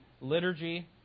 liturgy